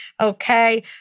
Okay